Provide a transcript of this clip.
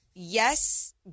Yes